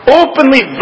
openly